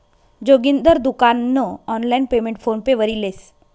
जोगिंदर दुकान नं online payment PhonePe वरी लेस